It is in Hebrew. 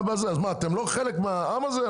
אתם לא חלק מהעם הזה?